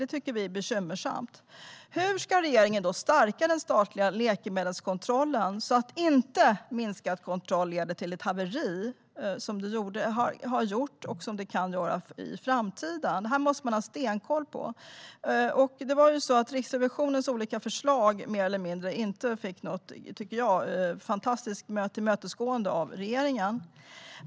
Det tycker vi är bekymmersamt. Hur ska regeringen stärka den statliga läkemedelskontrollen så att inte minskad kontroll leder till ett haveri, som det har gjort och kan göra i framtiden? Det måste man ha stenkoll på. Riksrevisionens olika förslag fick inte något fantastiskt tillmötesgående av regeringen.